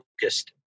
focused